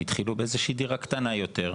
התחילו באיזה שהיא דירה קטנה יותר,